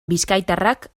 bizkaitarrak